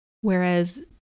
whereas